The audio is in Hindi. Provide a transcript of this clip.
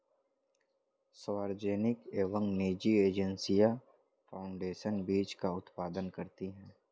सार्वजनिक एवं निजी एजेंसियां फाउंडेशन बीज का उत्पादन करती है